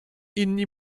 inni